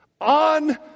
on